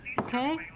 Okay